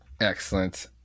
Excellent